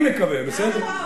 אני מקווה, בסדר?